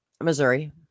Missouri